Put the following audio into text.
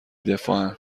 دفاعن